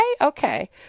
okay